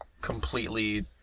completely